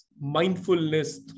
mindfulness